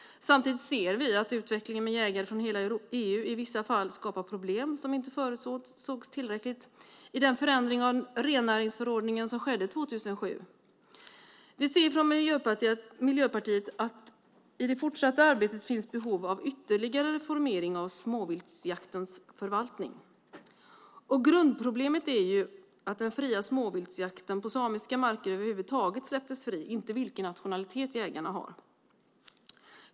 Samtidigt ser vi att utvecklingen med jägare från hela EU i vissa fall skapar problem som inte förutsågs tillräckligt i den förändring av rennäringsförordningen som skedde 2007. Vi ser från Miljöpartiet att det i det fortsatta arbetet finns behov av ytterligare reformering av småviltsjaktens förvaltning. Grundproblemet är att den fria småviltsjakten på samiska marker över huvud taget släpptes fri, inte vilken nationalitet jägarna har.